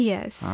Yes